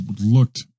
looked